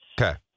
Okay